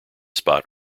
spot